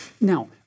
Now